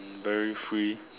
very free